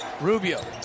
Rubio